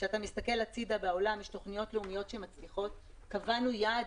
כשאתה מסתכל בעולם יש תוכניות לאומיות שמצליחות קבענו יעד